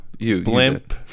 blimp